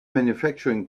manufacturing